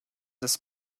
des